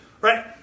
right